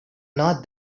not